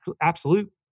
absolute